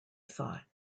thought